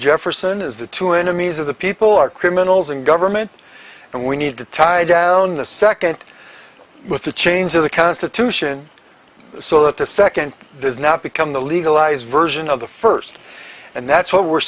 jefferson is the two enemies of the people are criminals in government and we need to tie down the second with the chains of the constitution so that the second does not become the legalized version of the first and that's what we're